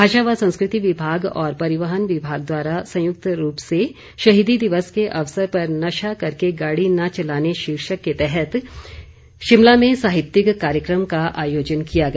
भाषा व संस्कृति विभाग और परिवहन विभाग द्वारा संयुक्त रूप से शहीदी दिवस के अवसर पर नशा करके गाड़ी न चलाने शीर्षक के तहत शिमला में साहित्यिक कार्यक्रम का आयोजन किया गया